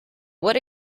what